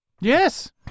Yes